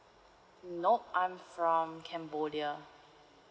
nope I'm from cambodia